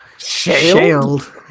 Shield